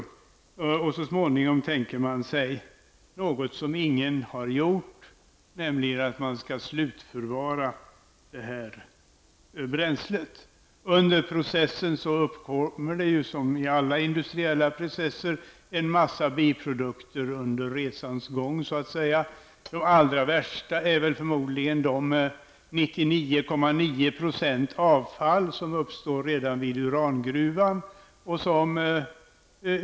Så småningom tänker man sig något som ingen har gjort, nämligen att man skall slutförvara det här bränslet. Under processen uppkommer det som i alla industriella processer en massa biprodukter så att säga under resans gång. De allra värsta är förmodligen de 99,9 % avfall som uppstår redan vid urangruvan.